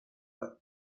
bat